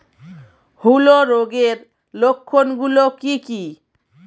হূলো রোগের লক্ষণ গুলো কি কি?